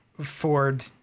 Ford